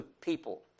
people